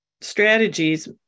strategies